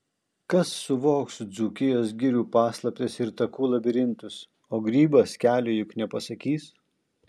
kas suvoks dzūkijos girių paslaptis ir takų labirintus o grybas kelio juk nepasakys